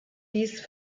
dies